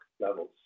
levels